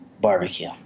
barbecue